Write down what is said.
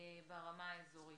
ברמה האזורית.